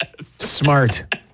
Smart